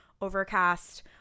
Overcast